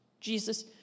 Jesus